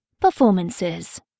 Performances